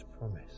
promise